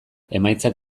emaitzak